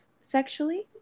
sexually